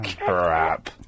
crap